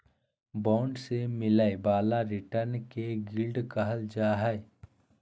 bond से मिलय वाला रिटर्न के यील्ड कहल जा हइ